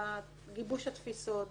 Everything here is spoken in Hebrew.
בגיבוש התפיסות,